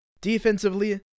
Defensively